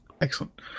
Excellent